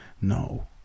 No